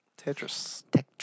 Tetris